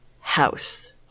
house